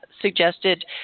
suggested